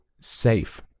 safe